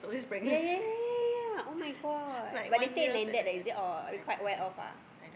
ya ya ya ya ya [oh]-my-god but they say in landed ah is it or they quite well off ah